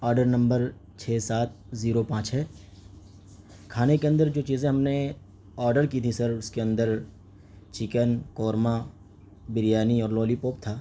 order number چھ سات zero پانچ ہے کھانے کے اندر جو چیزیں ہم نے آڈر کی تھی سر اس کے اندر چکن قورما بریانی اورلولی پوپ تھا